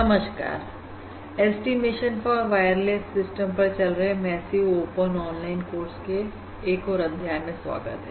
नमस्कार estimation for wireless system पर चल रहे मैसिव ओपन ऑनलाइन कोर्स के एक और अध्याय में स्वागत है